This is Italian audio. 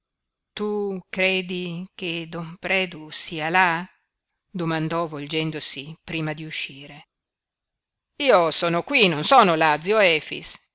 tu credi che don predu sia là domandò volgendosi prima di uscire io sono qui non sono là zio efix